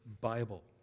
bible